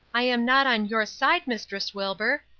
i am not on your side, mistress wilbur.